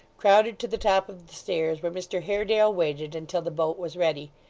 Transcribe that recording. crowded to the top of the stairs where mr haredale waited until the boat was ready,